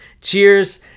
Cheers